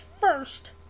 first